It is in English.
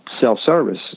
self-service